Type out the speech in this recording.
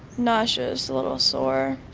nauseous, a little sore.